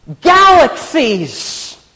Galaxies